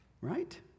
right